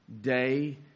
day